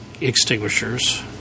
extinguishers